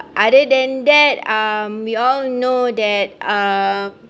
other than that um we all know that um